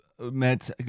met